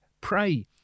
pray